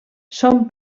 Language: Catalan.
són